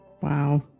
Wow